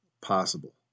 possible